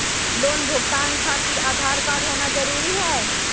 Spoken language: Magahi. लोन भुगतान खातिर आधार कार्ड होना जरूरी है?